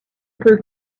peut